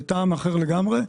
בטעם אחר לגמרי,